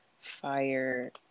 fire